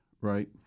right